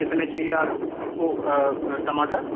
कितने चाहिए आलू वह टमाटर